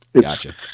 Gotcha